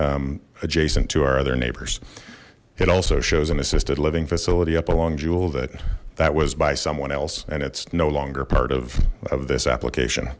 adjacent to our other neighbors it also shows an assisted living facility up along jewell that that was by someone else and it's no longer part of of this application